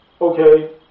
okay